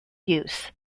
use